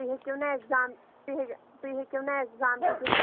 تُہۍ ہیٚکِو نہٕ اٮ۪کزام تُہۍ تُہۍ ہیٚکِو نہٕ اٮ۪کزام تہِ دِتھ